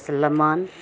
Solomon